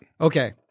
Okay